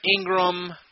Ingram